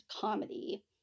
comedy